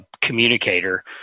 communicator